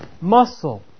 muscle